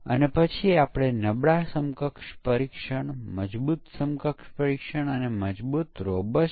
જ્યારે system validation ટેસ્ટિંગના અંતે આપવામાં આવે છે અને આ પરીક્ષકો દ્વારા કરવામાં આવે છે